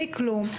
בלי כלום,